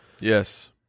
Yes